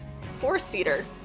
four-seater